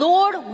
Lord